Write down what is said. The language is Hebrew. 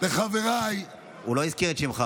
חבר הכנסת גלעד קריב, קריאה ראשונה.